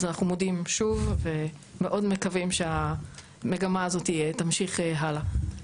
אז אנחנו מודים שוב ומאוד מקווים שהמגמה הזאת תמשיך הלאה.